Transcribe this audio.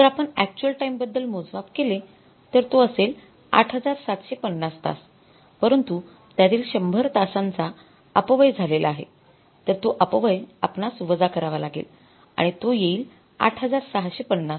जर आपण actual time बद्दल मोजमाप केले तर तो असेल ८७५० तास परंतु त्यातील १०० तासांचा अपव्यय झालेला आहे तर तो अपव्यय आपणास वजा करावा लागेल आणि तो येईल ८६५०